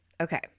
Okay